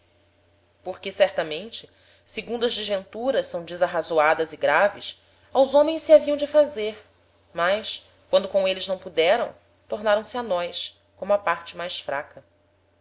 porque certamente segundo as desventuras são desarrazoadas e graves aos homens se haviam de fazer mas quando com êles não puderam tornaram-se a nós como á parte mais fraca